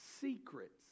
secrets